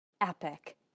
epic